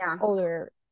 older